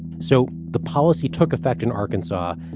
so the policy took effect in arkansas.